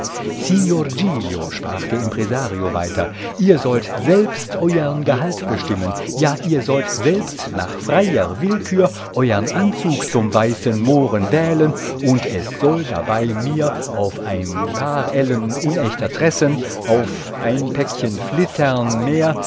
sprach der impresario weiter ihr sollt selbst euern gehalt bestimmen ja ihr sollt selbst nach freier willkür euern anzug zum weißen mohren wählen und es soll dabei mir auf ein paar ellen unechter tressen auf ein päckchen flittern mehr